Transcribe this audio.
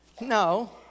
No